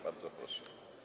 Bardzo proszę.